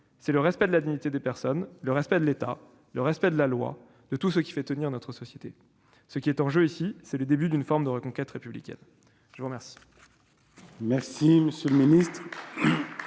c'est le respect de la dignité des personnes, le respect de l'État, le respect de la loi, le respect de tout ce qui fait tenir notre société. Ce qui est en jeu, c'est le début d'une forme de reconquête républicaine. La parole